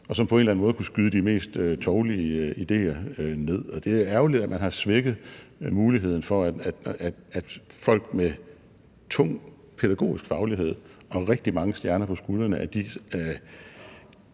og som på en eller anden måde kunne skyde de mest tovlige ideer ned. Det er ærgerligt, at man har svækket muligheden for, at folk med tung pædagogisk faglighed og rigtig mange stjerner på skuldrene